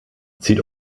zieht